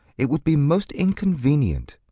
it would be most inconvenient.